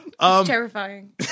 terrifying